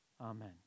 amen